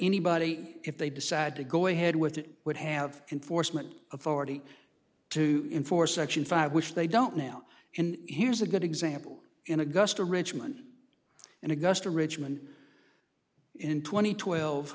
anybody if they decide to go ahead with it would have enforcement authority to enforce section five which they don't now and here's a good example in augusta richmond and augusta richmond in tw